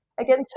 Again